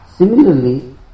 Similarly